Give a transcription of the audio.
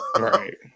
Right